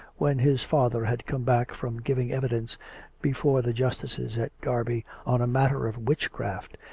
when his father had come back from giving evidence be fore the justices at derby on a matter of witchcraft,